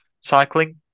cycling